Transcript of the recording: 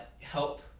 help